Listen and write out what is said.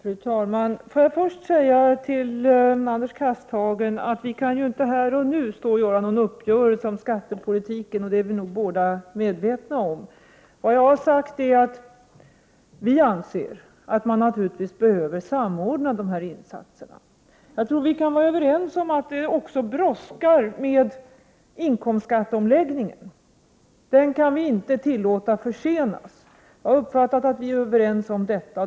Fru talman! Får jag först säga till Anders Castberger att vi inte här och nu kan träffa någon uppgörelse om skattepolitiken. Det är vi båda medvetna om. Jag har sagt att vi anser att man naturligtvis behöver samordna dessa insatser. Jag tror vi kan vara överens om att inkomstskatteomläggningen brådskar. Den kan vi inte tillåta försenas. Jag har uppfattat att vi är överens om detta.